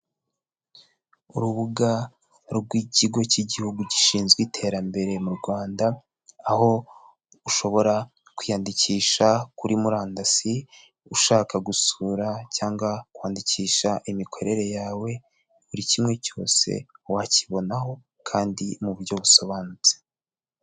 Urubuga rw'ikigo cy'igihugu gishinzwe iterambere m'u Rwanda, aho ushobora kwiyandikisha kuri murandasi, ushaka gusura cyangwa kwandikisha imikorere yawe buri kimwe cyose wakibonaho kandi mu buryo busobanutse.